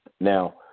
Now